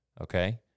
okay